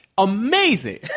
Amazing